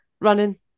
running